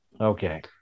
Okay